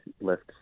left